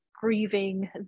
grieving